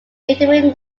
determined